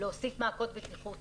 להוסיף מעקות בטיחות